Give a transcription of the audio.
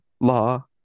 law